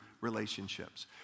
relationships